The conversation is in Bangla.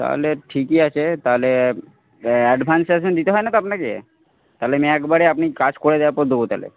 তাহলে ঠিকই আছে তাহলে অ্যাডভান্স দিতে হয় না তো আপনাকে তাহলে আমি একবারে আপনি কাজ করে দেওয়ার পর দেবো তাহলে